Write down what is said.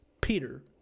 Peter